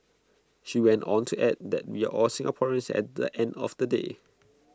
she went on to add that we are all Singaporeans at the end of the day